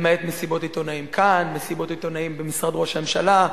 למעט מסיבות עיתונאים כאן ומסיבות עיתונאים במשרד ראש הממשלה,